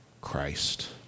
christ